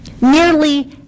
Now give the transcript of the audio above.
Nearly